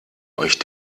euch